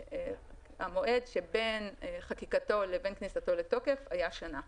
המועד שבין חקיקתו לבין כניסתו לתוקף היה שנה.